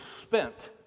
spent